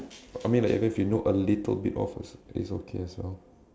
I mean like even if you know like a little bit of it's okay as well